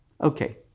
Okay